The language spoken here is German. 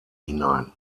hinein